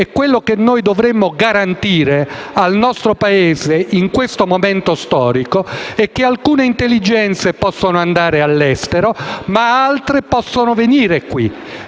quello che noi dovremmo garantire al nostro Paese in questo momento storico è che alcune intelligenze possano andare all'estero, ma altre possano venire qui;